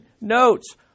notes